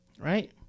right